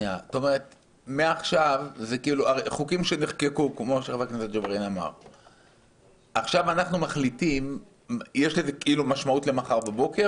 מעכשיו, חוקים שנחקקו, יש לזה משמעות למחר בבוקר?